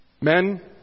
Men